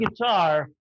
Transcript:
guitar